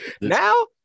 Now